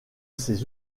ces